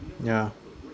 ya